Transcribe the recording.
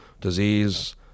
disease